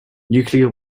nuclear